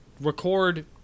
record